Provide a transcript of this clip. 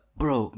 bro